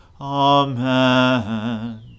Amen